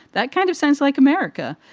that kind of sounds like america.